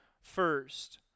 First